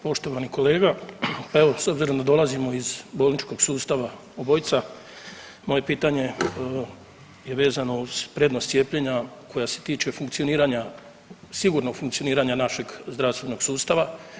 Poštovani kolega, evo s obzirom da dolazimo iz bolničkog sustava obojica, moje pitanje je vezano uz prednost cijepljenja koja se tiče funkcioniranja, sigurnog funkcioniranja našeg zdravstvenog sustava.